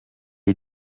est